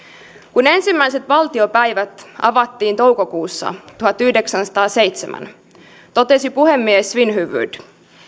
kun ensimmäiset valtiopäivät avattiin toukokuussa tuhatyhdeksänsataaseitsemän totesi puhemies svinhufvud